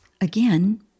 again